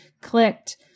clicked